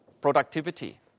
productivity